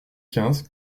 quinze